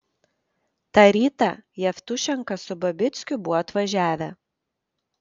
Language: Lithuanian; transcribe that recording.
tą rytą jevtušenka su babickiu buvo atvažiavę